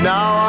Now